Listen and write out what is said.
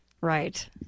Right